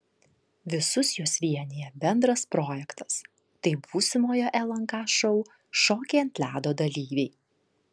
visus juos vienija bendras projektas tai būsimojo lnk šou šokiai ant ledo dalyviai